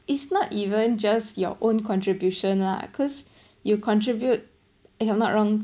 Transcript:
it's not even just your own contribution lah cause you contribute if I'm not wrong